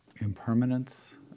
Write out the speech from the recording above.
impermanence